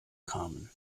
kamen